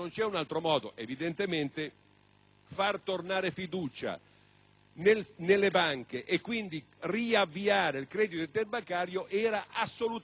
restituire fiducia nelle banche e quindi riavviare il credito interbancario era assolutamente indispensabile;